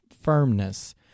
firmness